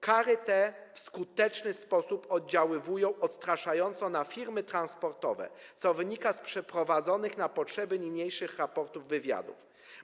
Kary te w skuteczny sposób oddziałują odstraszająco na firmy transportowe, co wynika z przeprowadzonych na potrzeby niniejszych raportów wywiadów.